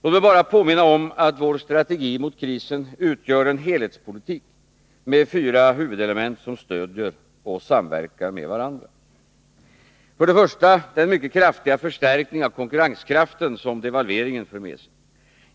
Låt mig bara påminna om att vår strategi mot krisen utgör en helhetspolitik, med fyra huvudelement som stödjer och samverkar med varandra: För det första: Den mycket kraftiga förstärkning av konkurrenskraften som devalveringen för med sig.